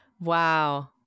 Wow